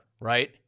right